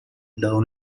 down